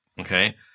Okay